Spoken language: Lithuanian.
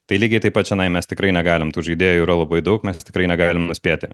tai lygiai taip pat čionai mes tikrai negalim tų žaidėjų yra labai daug mes tikrai negalim nuspėti